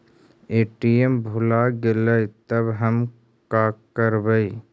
ATM भुला गेलय तब हम काकरवय?